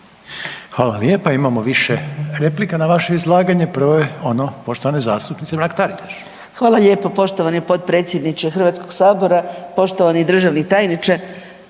Hvala lijepa. Imamo više replika na vaše izlaganje, prva je ono poštovane zastupnice Mrak-Taritaš. **Mrak-Taritaš, Anka (GLAS)** Hvala lijepo poštovani potpredsjedniče HS-a, poštovani državni tajniče.